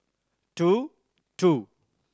two two